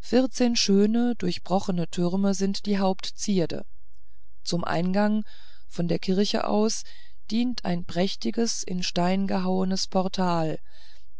vierzehn schöne durchbrochene türme sind die hauptzierde zum eingange von der kirche aus dient ein prächtiges in stein gehauenes portal